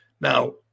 Now